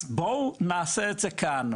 אז בואו נעשה את זה כאן,